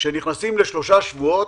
שנכנסים לשלושה שבועות,